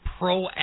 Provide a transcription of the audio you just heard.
proactive